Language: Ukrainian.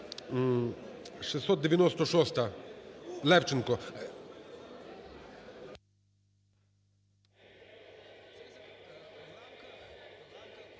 696-а,Левченко.